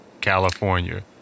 California